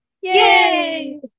Yay